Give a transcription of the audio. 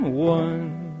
one